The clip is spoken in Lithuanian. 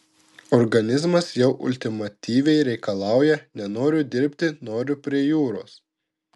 organizmas jau ultimatyviai reikalauja nenoriu dirbti noriu prie jūros